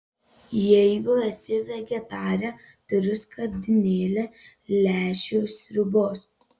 jeigu esi vegetarė turiu skardinėlę lęšių sriubos